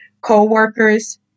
co-workers